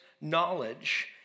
knowledge